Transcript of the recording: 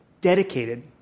dedicated